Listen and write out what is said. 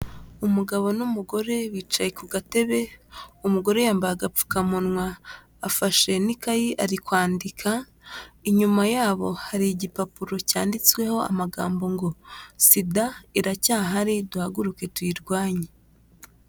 Umugabo n'umugore bicaye ku gatebe, umugore yambaye agapfukamunwa, afashe n'ikayi ari kwandika, inyuma yabo hari igipapuro cyanditsweho amagambo ngo "SIDA iracyahari, duhaguruke tuyirwanye."